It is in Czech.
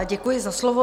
Děkuji za slovo.